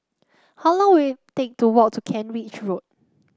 how long will it take to walk to Kent Ridge Road